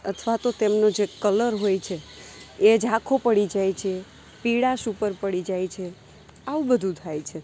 અથવા તો તેમનો જે કલર હોય છે એ ઝાંખો પડી જાય છે પીળાશ ઉપર પડી જાય છે આવું બધું થાય છે